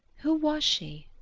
who was she?